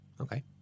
Okay